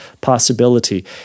possibility